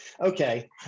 Okay